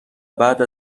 بعد